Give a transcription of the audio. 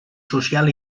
social